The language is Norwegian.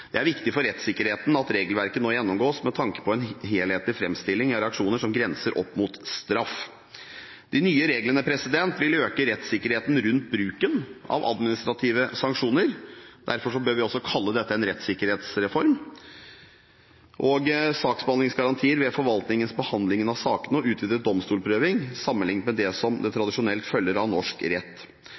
Det er viktig for rettssikkerheten at regelverket nå gjennomgås med tanke på en helhetlig framstilling av reaksjoner som grenser opp mot straff. De nye reglene vil øke rettssikkerheten rundt bruken av administrative sanksjoner – derfor bør vi også kalle dette en rettssikkerhetsreform – saksbehandlingsgarantier ved forvaltningens behandling av sakene og utvidet domstolsprøving sammenlignet med det som tradisjonelt følger av norsk rett.